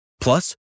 Plus